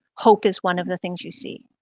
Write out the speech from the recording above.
hope is one of the things you see.